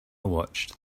watched